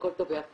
הכול טוב ויפה,